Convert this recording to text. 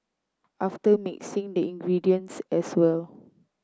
after mixing the ingredients as well